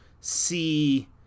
see